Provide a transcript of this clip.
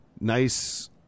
nice